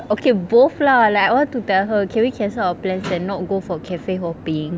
okay both lah like I want to tell her can we cancel our plans and not go for cafe hopping